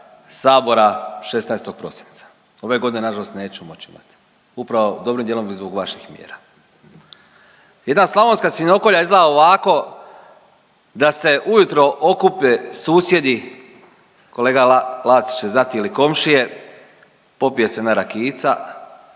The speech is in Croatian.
sabora 16. prosinca. Ove godine je nažalost neću moći imati upravo dobrim dijelom i zbog vaših mjera. Jedna slavonska svinjokolja izgleda ovako da se ujutro okupe susjedi, kolega La…, Laci će znati ili komšije, popije se jedna rakijica